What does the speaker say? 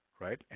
right